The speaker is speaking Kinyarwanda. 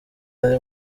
ari